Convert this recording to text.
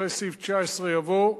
אחרי סעיף 19 יבוא: